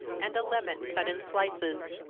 and a lemon cut in slices.